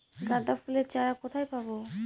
গাঁদা ফুলের চারা কোথায় পাবো?